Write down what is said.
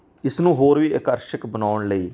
ਇਸ ਨੂੰ ਹੋਰ ਵੀ ਆਕਰਸ਼ਕ ਬਣਾਉਣ ਲਈ